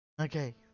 Okay